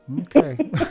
Okay